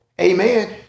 amen